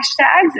hashtags